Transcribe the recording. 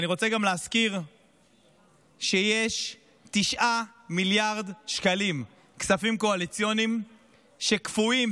ואני גם רוצה להזכיר שיש 9 מיליארד שקלים כספים קואליציוניים שקפואים,